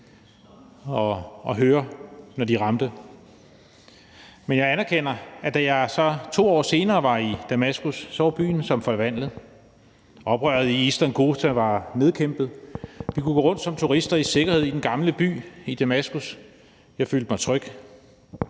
og høre, når de ramte, men jeg anerkender, at da jeg så 2 år senere var i Damaskus, var byen som forvandlet. Oprøret i Eastern Ghouta var nedkæmpet. Vi kunne gå rundt som turister i sikkerhed i den gamle by i Damaskus. Jeg følte mig tryg.